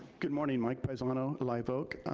good morning, mike pisano, live oak.